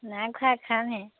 নাই খোৱা খামহে